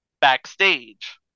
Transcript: backstage